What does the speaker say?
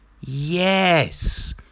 yes